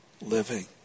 living